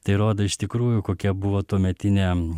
tai rodo iš tikrųjų kokia buvo tuometiniam